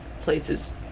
places